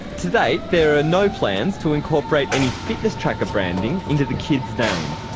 to date there are no plans to incorporate any fitness tracker branding into the kid's name.